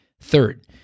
Third